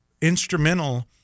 instrumental